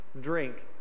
drink